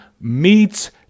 meets